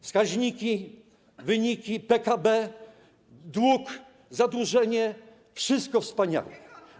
Wskaźniki, wyniki, PKB, dług, zadłużenie - wszystko wspaniałe.